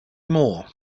more